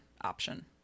option